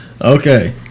Okay